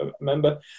member